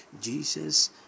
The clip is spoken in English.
jesus